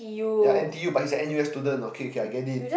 ya N_T_U but he is a N_U_S student okay okay I get it